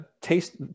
taste